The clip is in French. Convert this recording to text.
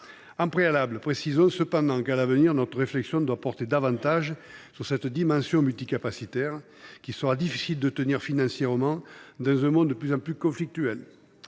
Cependant, précisons au préalable que, à l’avenir, notre réflexion devra porter davantage sur cette dimension multicapacitaire, qu’il sera difficile de tenir financièrement dans un monde de plus en plus conflictuel.